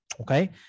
okay